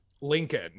Lincoln